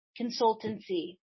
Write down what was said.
consultancy